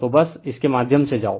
तो बस इसके माध्यम से जाओ